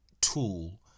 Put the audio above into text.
tool